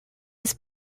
was